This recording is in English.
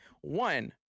one